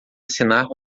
assinar